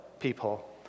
people